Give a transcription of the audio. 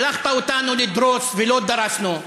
שלחת אותנו לדרוס ולא דרסנו.